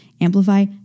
amplify